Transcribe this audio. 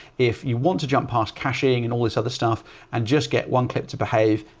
if you want to jump past caching, and all this other stuff and just get one clip to behave,